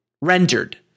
rendered